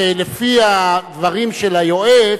לפי הדברים של היועץ,